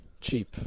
Cheap